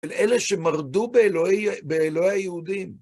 אלה שמרדו באלוהי היהודים.